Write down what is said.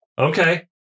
Okay